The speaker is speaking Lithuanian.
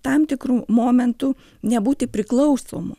tam tikru momentu nebūti priklausomu